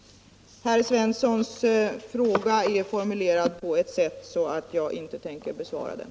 Herr Svenssons fråga är formulerad på ett sådant sätt att jag inte tänker besvara den.